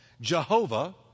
Jehovah